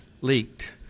Leaked